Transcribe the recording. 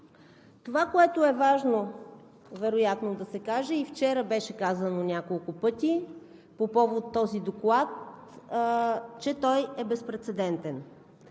Това, което е важно вероятно да се каже, и вчера беше казано няколко пъти по повод този доклад, че той е безпрецедентен.